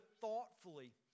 thoughtfully